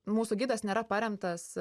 mūsų gidas nėra paremtas